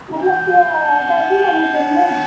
मतलब ल दर्शन करने के लिए